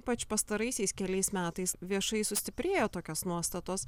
ypač pastaraisiais keliais metais viešai sustiprėjo tokios nuostatos